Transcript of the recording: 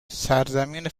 سرزمین